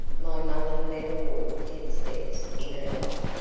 my mother never walked ten steps in her life.